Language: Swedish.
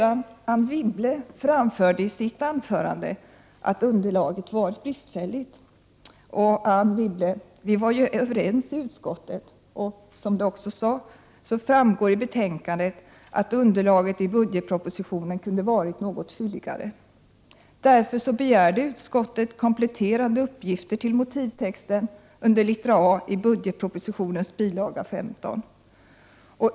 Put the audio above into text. Anne Wibble framförde i sitt anförande att underlaget varit bristfälligt. Men vi var ju överens i utskottet och, som Anne Wibble också sade, framgår det av betänkandet att underlaget i budgetpropositionen kunde ha varit något fylligare. Därför begärde utskottet kompletterande uppgifter till motiveringstexten under littera A i budgetpropositionens bilaga 15.